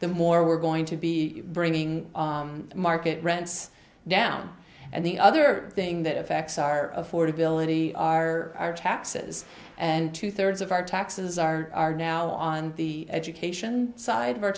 the more we're going to be bringing market rents down and the other thing that affects our affordability our taxes and two thirds of our taxes are now on the education side of our